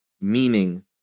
meaning